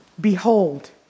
Behold